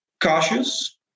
cautious